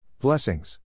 Blessings